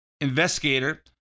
investigator